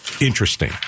Interesting